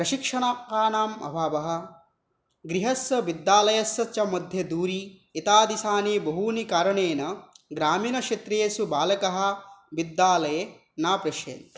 प्रशिक्षकानाम् अभावः गृहस्य विद्यालयस्य च मध्ये दूरम् एतादृशानि बहूनि कारणेन ग्रामीणक्षेत्रेषु बालकाः विद्यालये न प्रेष्यन्ते